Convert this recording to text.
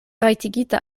rajtigita